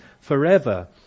forever